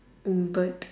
mm bird